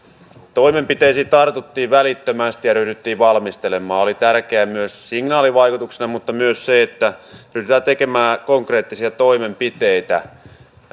toimenpiteisiin tartuttiin välittömästi ja ryhdyttiin valmistelemaan se oli tärkeää myös signaalivaikutuksena mutta myös se että ryhdytään tekemään konkreettisia toimenpiteitä